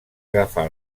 agafar